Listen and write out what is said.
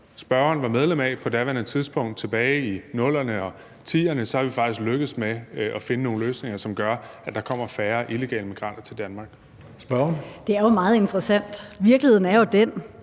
spørgeren var medlem af på daværende tidspunkt, tilbage i 00'erne og 2010'erne, er vi faktisk lykkedes med at finde nogle løsninger, som gør, at der kommer færre illegale migranter til Danmark. Kl. 14:33 Tredje næstformand (Karsten